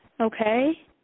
Okay